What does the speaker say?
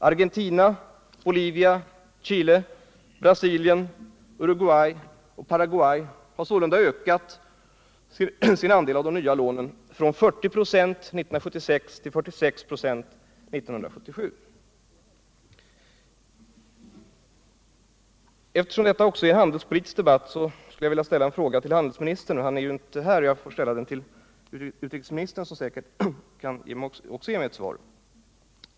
Argentina, Bolivia, Chile, Brasilien, Uruguay och Paraguay har sålunda ökat sin andel av de nya lånen från 40 96 år 1976 till 46 96 under 1977 Då detta också är en handelspolitisk debatt, skulle jag vilja ställa en fråga till handelsministern. Men eftersom han inte är här får jag ställa den till utrikesministern, som säkert också kan ge mig ett svar.